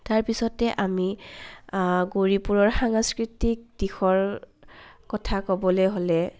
তাৰপিছতে আমি গৌৰীপুৰৰ সাংস্কৃতিক দিশৰ কথা ক'বলে হ'লে